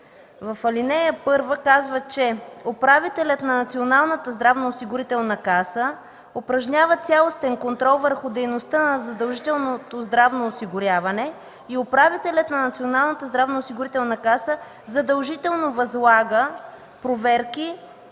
в ал. 1 казва, че управителят на Националната здравноосигурителна каса упражнява цялостен контрол върху дейността на задължителното здравно осигуряване и управителят на Националната здравноосигурителна каса задължително възлага проверки